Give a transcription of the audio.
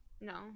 No